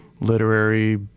literary